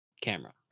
camera